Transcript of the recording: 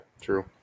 true